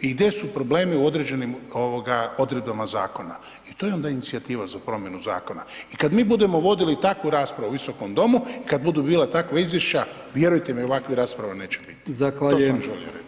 i gdje su problemi u određenim odredbama zakona i to je onda inicijativa za promjenu zakona i kad mi budemo vodili takvu raspravu u Visokom domu i kad budu bila takva izvješća, vjerujte mi, ovakvih rasprava neće biti [[Upadica: Zahvaljujem…]] to sam vam želio reći.